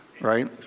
right